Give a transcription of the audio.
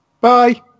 Bye